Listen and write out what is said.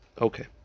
Okay